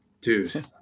Dude